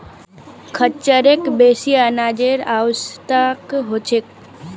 खच्चरक बेसी अनाजेर आवश्यकता ह छेक